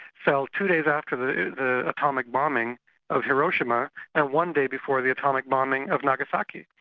fell two days after the the atomic bombing of hiroshima and one day before the atomic bombing of nagasaki.